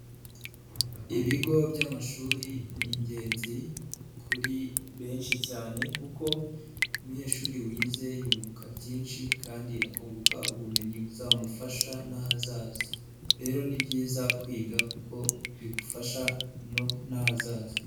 Ibigo by'amashuri ni ingenzi kuri benshi cyane kuko umunyeshuri wize yunguka byinshi kandi akunguka ubumenyi buzamufasha n'ahazaza rero ni byiza kwiga kuko bigufasha n'ahazaza.